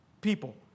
people